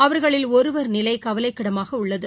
அவர்களில் ஒருவர் நிலை கவலைக்கிடமாக உள்ளார்